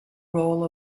role